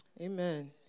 Amen